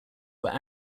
were